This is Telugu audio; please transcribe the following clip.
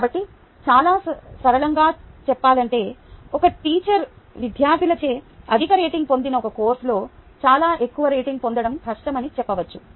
కాబట్టి చాలా సరళంగా చెప్పాలంటే ఒక టీచర్ విద్యార్థులచే అధిక రేటింగ్ పొందని ఒక కోర్సులో చాలా ఎక్కువ రేటింగ్ పొందడం కష్టం అని చెప్పవచ్చు